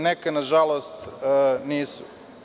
Neka nažalost nisu.